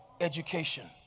education